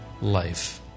life